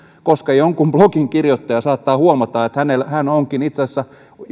koska jonkun blogin kirjoittaja saattaa huomata että hän onkin itse asiassa